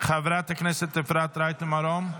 חברת הכנסת אפרת רייטן מרום,